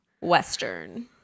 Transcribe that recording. Western